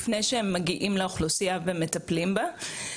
לפני שהם מגיעים לאוכלוסייה ומטפלים בה.